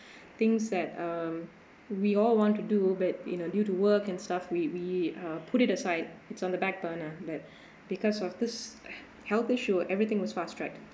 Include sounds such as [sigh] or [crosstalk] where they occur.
things that um we all want to do but you know due to work and stuff we we uh put it aside it's on the back burner that [breath] because of this he~ health issue everything was fast track